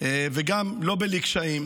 ולא בלי קשיים,